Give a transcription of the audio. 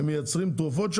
הם מייצרים שם תרופות?